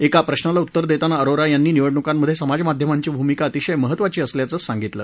एका प्रश्नाला उत्तर देताना अरोरा यांनी निवडणुकांमध्ये समाजमाध्यमांची भूमिका अतिशय महत्त्वाची असल्याचं सांगितलं